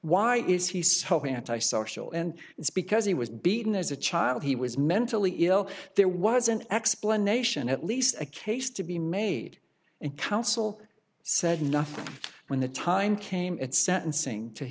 why is he so antisocial and it's because he was beaten as a child he was mentally ill there was an explanation at least a case to be made and counsel said nothing when the time came at sentencing to